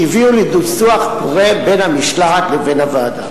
שהביאו לדו-שיח פורה בין המשלחת לבין הוועדה.